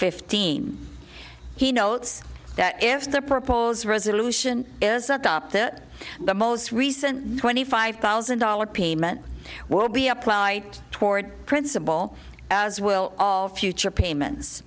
fifteen he notes that if the proposed resolution is adopted the most recent twenty five thousand dollars payment will be applied toward principal as will all future payments